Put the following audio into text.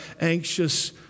anxious